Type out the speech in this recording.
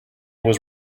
was